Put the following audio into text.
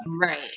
right